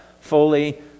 fully